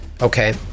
okay